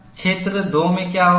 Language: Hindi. क्षेत्र 2 में क्या होता है